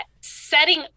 setting